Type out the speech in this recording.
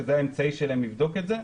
וזה האמצעי שלהם לבדוק את זה,